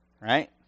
right